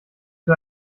für